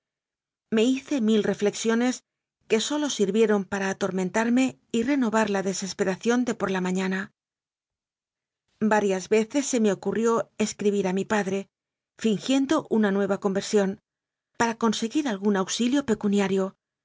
me hice mil reflexiones que sólo sirvieron para atormentarme y renovar la desesperación de pol la mañana varias veces se me ocurrió escribir a mi padre fingiendo una nueva conversión para conseguir algún auxilio pecuniario